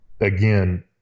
Again